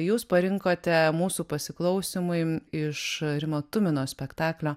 jūs parinkote mūsų pasiklausymui iš rimo tumino spektaklio